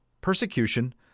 persecution